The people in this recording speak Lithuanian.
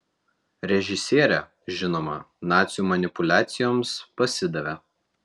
režisierė žinoma nacių manipuliacijoms pasidavė